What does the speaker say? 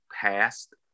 past